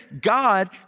God